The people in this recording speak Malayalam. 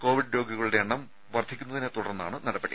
കോവിഡ് രോഗികളുടെ എണ്ണം വർദ്ധിക്കുന്നതിനെത്തുടർന്നാണ് നടപടി